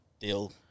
deal